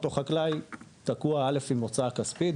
אותו חקלאי תקועה עם הוצאה כספית,